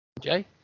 Jay